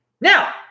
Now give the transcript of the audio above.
Now